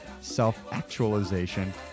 self-actualization